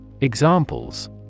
Examples